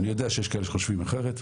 אני יודע שיש כאלה שחושבים אחרת,